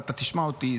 אבל אתה תשמע אותי,